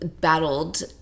battled